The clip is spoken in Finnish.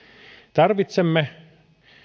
tarvitsemme